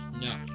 No